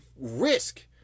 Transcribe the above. risk